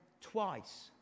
twice